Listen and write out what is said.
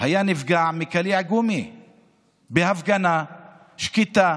היה נפגע מקליע גומי בהפגנה שקטה,